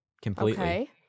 completely